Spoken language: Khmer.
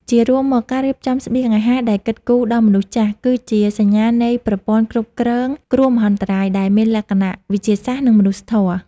ជារួមមក ការរៀបចំស្បៀងអាហារដែលគិតគូរដល់មនុស្សចាស់ គឺជាសញ្ញាណនៃប្រព័ន្ធគ្រប់គ្រងគ្រោះមហន្តរាយដែលមានលក្ខណៈវិទ្យាសាស្ត្រ និងមនុស្សធម៌។